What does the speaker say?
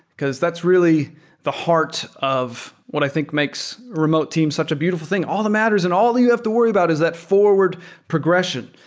because that's really the hearts of what i think makes remote team such a beautiful thing. all that matters and all you have to worry about is that forward progression.